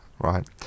right